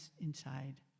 inside